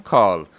Call